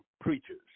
Preachers